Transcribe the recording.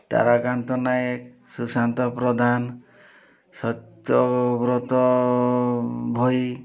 Tarakanta Naik Sushanta Pradhan Satyabrata Bhoi